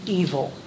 evil